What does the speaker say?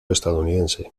estadounidense